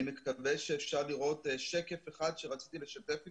אני מקווה שאפשר לראות שקף אחד שרציתי לשתף אתכם.